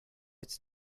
its